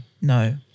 No